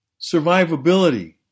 Survivability